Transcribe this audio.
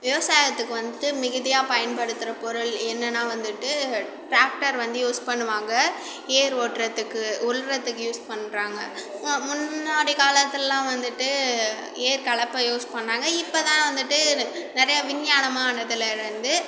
விவசாயத்துக்கு வந்துவிட்டு மிகுதியாக பயன்படுத்துகிற பொருள் என்னன்னா வந்துவிட்டு டிராக்டர் வந்து யூஸ் பண்ணுவாங்க ஏர் ஓட்டுறதுக்கு உழுறத்துக்கு யூஸ் பண்ணுறாங்க முன்னாடி காலத்துலலாம் வந்துவிட்டு ஏர் கலப்பை யூஸ் பண்ணாங்க இப்ப தான் வந்துவிட்டு நிறையா விஞ்ஞானமாக ஆனதுலருந்து